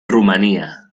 rumanía